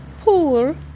poor